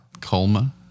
Colma